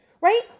right